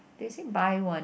they say buy one